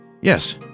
Yes